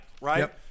right